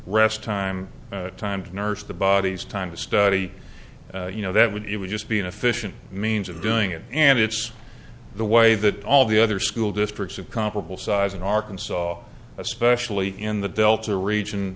rest time time to nurse the bodies time to study you know that would it would just be an efficient means of doing it and it's the way that all the other school districts of comparable size in arkansas especially in the delta region